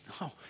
no